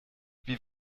wie